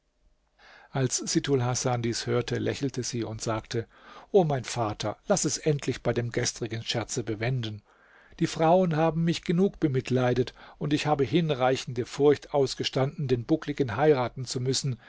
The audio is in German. als sittulhasan dies hörte lächelte sie und sagte o mein vater laß es endlich bei dem gestrigen scherze bewenden die frauen haben mich genug bemitleidet und ich habe hinreichende furcht ausgestanden den buckligen heiraten zu müssen